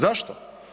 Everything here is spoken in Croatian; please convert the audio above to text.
Zašto?